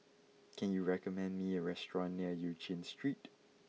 can you recommend me a restaurant near Eu Chin Street